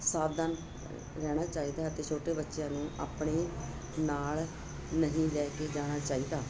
ਸਾਵਧਾਨ ਰਹਿਣਾ ਚਾਹੀਦਾ ਅਤੇ ਛੋਟੇ ਬੱਚਿਆਂ ਨੂੰ ਆਪਣੇ ਨਾਲ ਨਹੀਂ ਲੈ ਕੇ ਜਾਣਾ ਚਾਹੀਦਾ